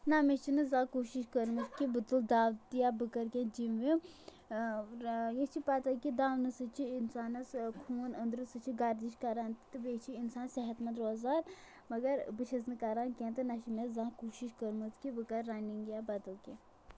نہ مےٚ چھِنہٕ زانٛہہ کوٗشِش کٔرمٕژ کہِ بہٕ تُلہٕ دَو تہِ یا بہٕ کَرٕ کیٚنٛہہ جِم وِم یہِ چھِ پَتہ کہِ دَونہٕ سۭتۍ چھِ اِنسانَس خوٗن أنٛدرٕ سُہ چھِ گَردِش کران تہٕ بیٚیہِ چھِ اِنسان صحت منٛد روزان مگر بہٕ چھس نہٕ کَران کیٚنٛہہ تہٕ نہ چھِ مےٚ زانٛہہ کوٗشش کٔرمٕژ کہِ بہٕ کَرٕ رَنِنٛگ یا بدل کیٚنٛہہ